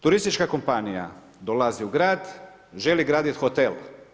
Turistička kompanija dolazi u grad, želi gradit hotel.